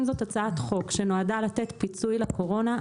אם זאת הצעת חוק שנועדה לתת פיצוי לקורונה,